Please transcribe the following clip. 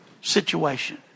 situation